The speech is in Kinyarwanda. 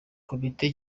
komite